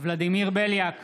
ולדימיר בליאק,